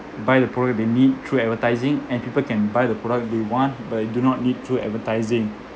buy the product they need through advertising and people can buy the product they want but they do not need through advertising